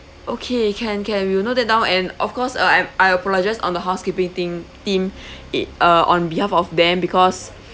okay can can we will note that down and of course uh I I apologise on the housekeeping team team it uh on behalf of them because